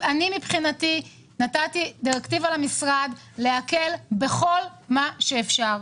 נתתי דרקטיבה למשרד להקל בכל מה שאפשר.